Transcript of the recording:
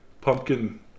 pumpkin